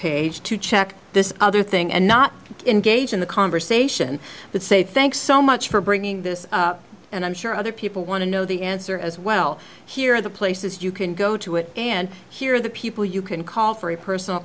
page to check this other thing and not engage in the conversation but say thanks so much for bringing this up and i'm sure other people want to know the answer as well here are the places you can go to it and hear the people you can call for a personal